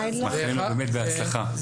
מאחלים לו באמת בהצלחה,